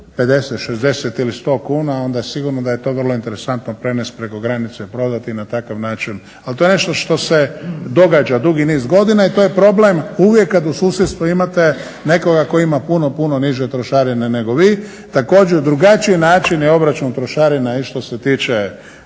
50, 60 ili 100 kuna onda sigurno da je to vrlo interesantno prenest preko granice i prodati i na takav način, ali to je nešto što se događa dugi niz godina i to je problem uvijek kad u susjedstvu imate nekoga tko ima puno, puno niže trošarine nego vi. Također drugačiji načini obračun trošarina i što se tiče